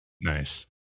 Nice